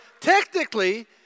technically